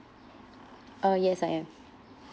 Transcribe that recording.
uh yes I am